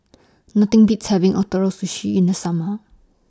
Nothing Beats having Ootoro Sushi in The Summer